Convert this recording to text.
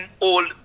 old